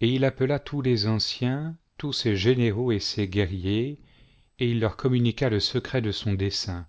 et il appela tous les anciens tous pfjs généraux et ses guerriers et il leur communiqua le secret de son dessein